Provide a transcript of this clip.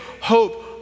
hope